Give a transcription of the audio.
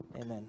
Amen